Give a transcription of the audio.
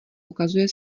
ukazuje